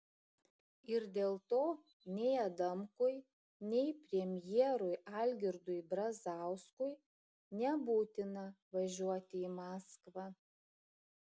ir dėl to nei adamkui nei premjerui algirdui brazauskui nebūtina važiuoti į maskvą